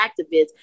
activists